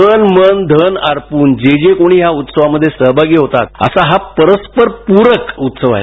तन मन धन अर्पून जे जे कोणी या उत्सवात सहभागी होतात असा हा परस्पर पूरक उत्सव आहे